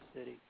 city